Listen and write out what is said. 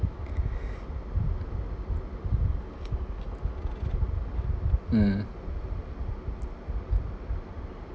mm